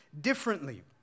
differently